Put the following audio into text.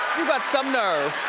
you got some nerve.